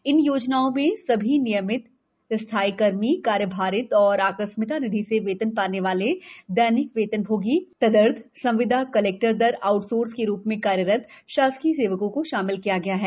इन योजनाओं में समस्त नियमित स्थाईकर्मी कार्यभारित एवं आकस्मिकता निधि से वेतन पाने वाले दैनिक वेतन भोगी तदर्थ संविदा कलेक्टर दर आउटसोर्स के रूप में कार्यरत शासकीय सेवकों को शामिल किया गया है